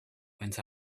went